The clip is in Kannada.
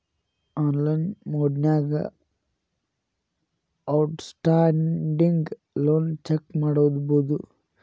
ಆನ್ಲೈನ್ ಮೊಡ್ನ್ಯಾಗ ಔಟ್ಸ್ಟ್ಯಾಂಡಿಂಗ್ ಲೋನ್ ಚೆಕ್ ಮಾಡಬೋದು